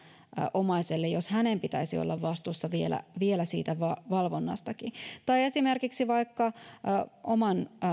omaiselle jos hänen pitäisi olla vastuussa vielä vielä siitä valvonnastakin esimerkiksi vaikkapa oman